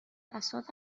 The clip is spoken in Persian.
بساط